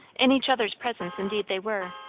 in each other's presence indeed they were,